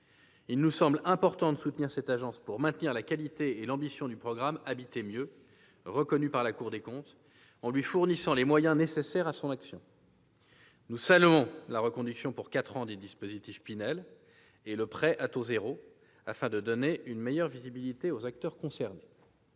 Il nous semble important de soutenir cette agence pour maintenir la qualité et l'ambition du programme « Habiter mieux », reconnues par la Cour des comptes, en lui fournissant les moyens nécessaires à son action. Nous saluons la reconduction pour quatre ans des dispositifs Pinel et du prêt à taux zéro afin de donner une meilleure visibilité aux acteurs concernés.